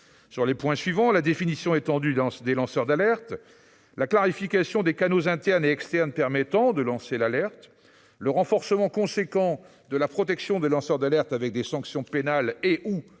sur les points suivants : la définition étendue des lanceurs d'alerte, la clarification des canaux internes et externes permettant de lancer l'alerte, le renforcement sensible de la protection des lanceurs d'alerte et des sanctions pénales et/ou civiles